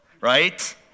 right